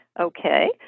Okay